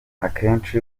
akenshi